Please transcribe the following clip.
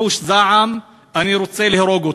אחוש זעם, אני רוצה להרוג אותו.